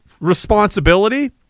responsibility